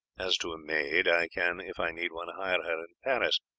as to a maid i can, if i need one, hire her in paris.